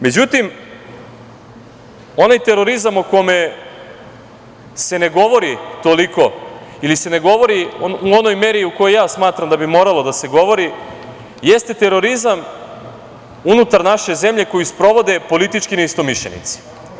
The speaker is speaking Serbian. Međutim, onaj terorizam o kome se ne govori toliko ili se ne govori u onom meri u kojoj smatram da bi moralo da se govori jeste terorizam unutar naše zemlje koju sprovode politički neistomišljenici.